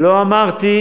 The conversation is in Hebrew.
אמרת,